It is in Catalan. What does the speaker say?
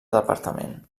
departament